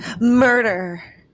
murder